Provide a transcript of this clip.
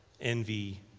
envy